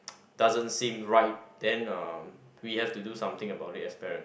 doesn't seem right uh then we have to do something about it as parent